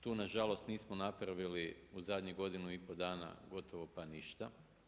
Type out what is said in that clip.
Tu na žalost, nismo napravili u zadnjih godinu i pol dana gotovo pa ništa.